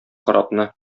корабны